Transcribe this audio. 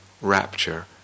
rapture